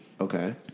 Okay